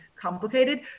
complicated